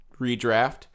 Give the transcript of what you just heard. redraft